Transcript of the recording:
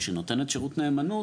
כשנותנת שירות נאמנות,